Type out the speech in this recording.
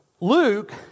Luke